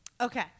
Okay